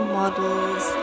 models